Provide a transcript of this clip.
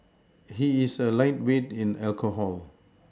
he is a lightweight in alcohol